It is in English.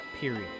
period